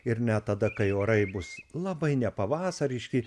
ir net tada kai orai bus labai nepavasariški